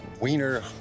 Wiener